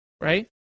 right